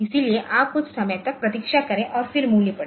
इसलिए आप कुछ समय तक प्रतीक्षा करें और फिर मूल्य पढ़ें